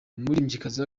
umuririmbyikazi